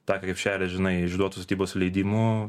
tą krepšelį žinai išduotus statybos leidimų